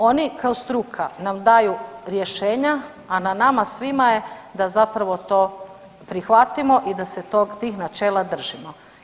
Oni kao struka nam daju rješenja, a na nama svima je da zapravo to prihvatimo i da se tih načela držimo.